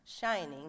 shining